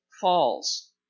falls